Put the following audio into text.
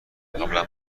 قبلا